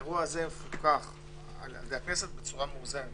האירוע הזה יפוקח על-ידי הכנסת בצורה מאוזנת.